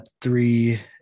three